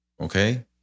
Okay